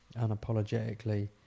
unapologetically